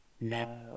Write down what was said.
No